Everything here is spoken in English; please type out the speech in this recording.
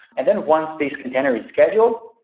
and then once this container reschedule,